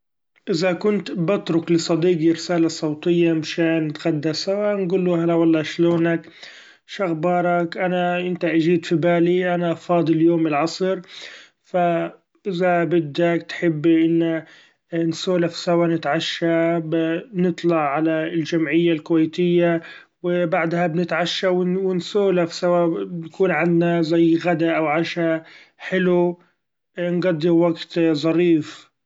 إذا كنت بترك لصديقي رسالة صوتية من شإن نتغدى سوا ، هنقوله هلا والله شلونك شخبارك؟ أنا إنت اچيت في بالي أنا فاضي اليوم العصر ف إذا بدك تحب إن نسولف سوا ونتعشى بنطلع على الچمعية الكويتية ، وبعدها بنتعشى ونسولف سوا ونكون عنا زي غدا أو عشا حلو نقضي وقت ظريف.